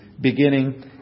beginning